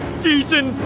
season